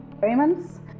experiments